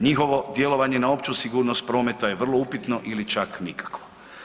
Njihovo djelovanje na opću sigurnost prometa je vrlo upitno ili čak nikakvo.